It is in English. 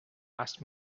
asked